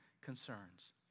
concerns